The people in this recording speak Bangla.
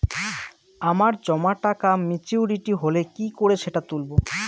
আমার জমা টাকা মেচুউরিটি হলে কি করে সেটা তুলব?